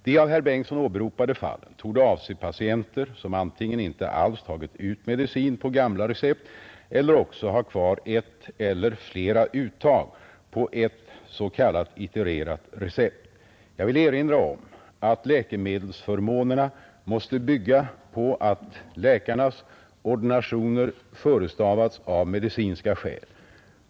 De av herr Bengtsson åberopade fallen torde avse patienter som antingen inte alls tagit ut medicin på gamla recept eller också har kvar ett eller flera uttag på ett s.k. itererat recept. Jag vill erinra om att läkemedelsförmånerna måste bygga på att läkarnas ordinationer förestavas av medicinska skäl.